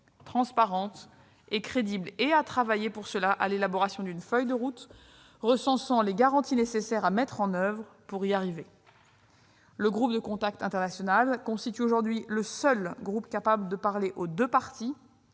transparentes et crédibles. Il incite à travailler, pour y parvenir, à l'élaboration d'une feuille de route recensant les garanties nécessaires à mettre en oeuvre pour y arriver. Le groupe de contact international constitue aujourd'hui le seul groupe capable de parler aux deux parties.